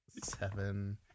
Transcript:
Seven